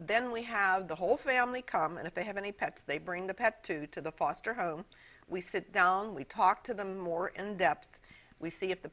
then we have the whole family come and if they have any pets they bring the pet to to the foster home we sit down we talk to them more in depth we see if the